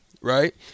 right